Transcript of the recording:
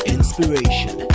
Inspiration